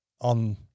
on